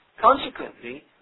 Consequently